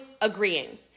agreeing